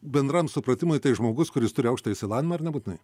bendram supratimui tai žmogus kuris turi aukštąjį išsilavinimą ar nebūtinai